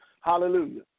Hallelujah